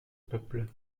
peuple